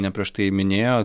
ne prieš tai minėjo